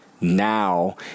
now